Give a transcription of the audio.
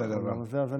הדבר הזה.